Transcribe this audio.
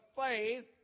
faith